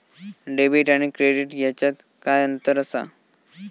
Debit आणि credit ह्याच्यात काय अंतर असा?